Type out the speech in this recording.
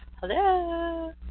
hello